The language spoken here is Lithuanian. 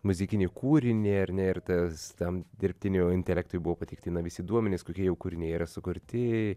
muzikinį kūrinį ar ne ir tam dirbtiniam intelektui buvo pateikti visi duomenys kokie jau kūriniai yra sukurti